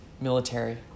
military